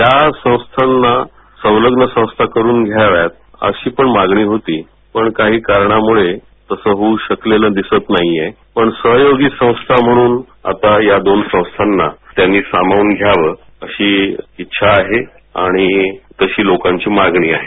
या संस्थाना सलग्न संस्था करून घ्याव्यात अशी पण मागणी होती पण काही कारणांमुळे तसे होऊ शकलेले दिसत ना हीये पण सहयोगी संस्था म्हणून या दोन संस्थाना त्यांनी सामावून घ्यावे अशी इच्छा आहे आणि तशी लोकांची मागणी आहे